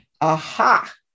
Aha